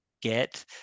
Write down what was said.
get